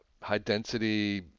high-density